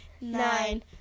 nine